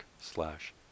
slash